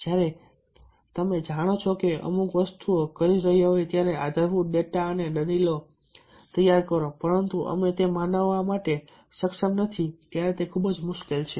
જ્યારે તમે જાણો છો કે અમુક વસ્તુઓ કરી રહ્યા છો ત્યારે આધારભૂત ડેટા અને દલીલો તૈયાર કરો પરંતુ અમે તે મનાવવા માટે સક્ષમ નથી ત્યારે તે ખૂબ મુશ્કેલ છે